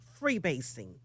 freebasing